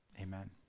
amen